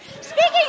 Speaking